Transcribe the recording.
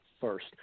first